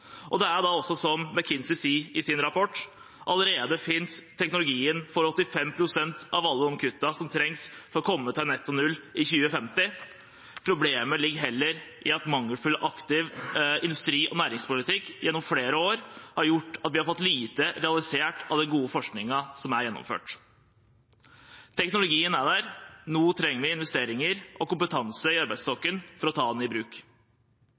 Det er da også som McKinsey sier i sin rapport: Allerede finnes teknologien for 85 pst. av alle kuttene som trengs for å komme til netto null i 2050. Problemet ligger heller i at mangelfull aktiv industri- og næringspolitikk gjennom flere år har gjort at vi har fått lite realisert av den gode forskningen som er gjennomført. Teknologien er der; nå trenger vi investeringer og kompetanse i arbeidsstokken for å ta den i bruk.